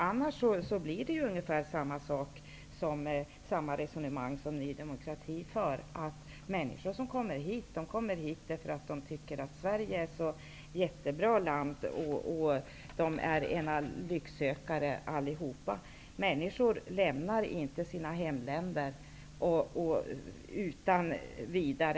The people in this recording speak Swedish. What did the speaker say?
Annars blir det ungefär samma resone mang som Ny demokrati står för -- att människor som kommer hit gör det därför att de tycker att Sverige är ett jättebra land, och de är lycksökare allihop. Människor lämnar inte sina hemländer utan vi dare.